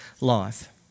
life